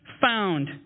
found